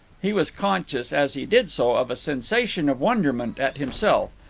he was conscious, as he did so, of a sensation of wonderment at himself.